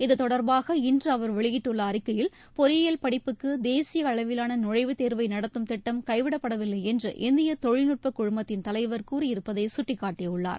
இத்தொடர்பாக இன்று அவர் வெளியிட்டுள்ள அறிக்கையில் பொறியியல் படிப்புக்கு தேசிய அளவிலான நுழைவுத் தேர்வை நடத்தும் திட்டம் கைவிடப்படவில்லை என்று இந்திய தொழில்நுட்பக் குழுமத்தின் தலைவர் கூறியிருப்பதை சுட்டிக்காட்டியுள்ளார்